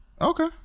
Okay